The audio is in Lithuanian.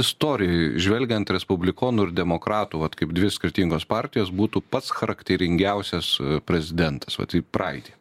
istorijoj žvelgiant į respublikonų ir demokratų vat kaip dvi skirtingos partijos būtų pats charakteringiausias prezidentas vat į praeitį